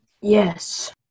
Yes